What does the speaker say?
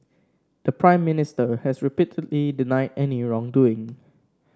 the Prime Minister has repeatedly denied any wrongdoing